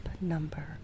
number